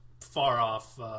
far-off